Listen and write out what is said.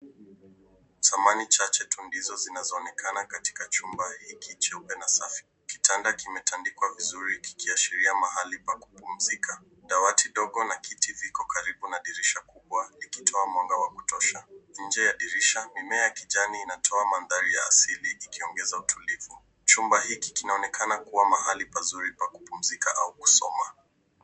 Samani chache tu ndizo zinazoonekana katika chumba hiki cheupe na safi. Kitanda kimetandikwa vizuri kikiashiria mahali pa kupumzika. Dawati dogo na viti viko karibu na dirisha kubwa ikitoa mwanga wa kutosha. Nje ya dirisha, mimea ya kijani inatoa mandhari ya asili ikiongeza utulivu. Chumba hiki kinaonekana kuwa mahali pazuri pa kupumzika au kusoma.